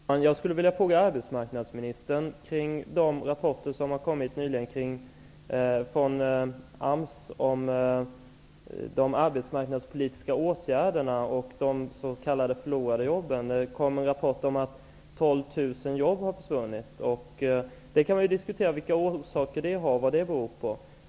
Fru talman! Jag skulle vilja ställa en fråga till arbetsmarknadsministern angående de rapporter som har kommit från AMS om de arbetsmarknadspolitiska åtgärderna och de s.k. förlorade jobben. Det har kommit en rapport om att 12 000 jobb har försvunnit. Det går att diskutera vad orsakerna till detta är.